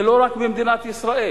זה לא רק במדינת ישראל,